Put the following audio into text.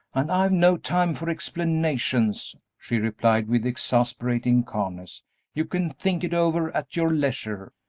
and i've no time for explanations, she replied, with exasperating calmness you can think it over at your leisure.